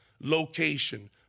Location